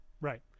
Right